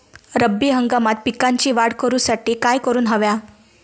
रब्बी हंगामात पिकांची वाढ करूसाठी काय करून हव्या?